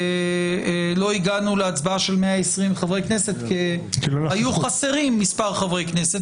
לא הגענו להצבעה של 120 חברי כנסת כי היו חסרים מספר חברי כנסת,